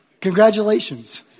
Congratulations